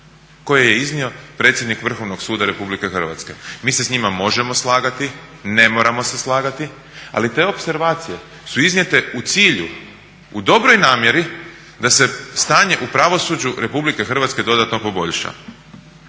koje je iznio predsjednik Vrhovnog suda RH. Mi se s njima možemo slagati, ne moramo se slagati ali te opservacije su iznijete u cilju, u dobroj namjeri da se stanje u pravosuđu RH dodatno poboljša.